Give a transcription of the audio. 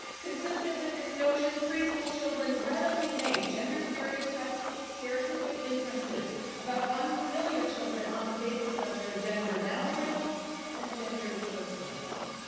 consistent with this notion, preschool children readily make gender stereotypic stereotypic inferences about unfamiliar children on the basis of their gender noun labels and gendered first names.